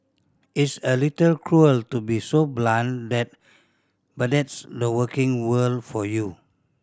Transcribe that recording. it's a little cruel to be so blunt that but that's the working world for you